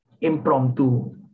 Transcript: impromptu